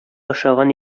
охшаган